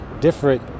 different